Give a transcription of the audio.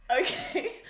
Okay